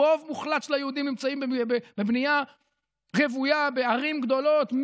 רוב מוחלט של היהודים נמצאים בבנייה רוויה בערים גדולות,